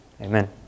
Amen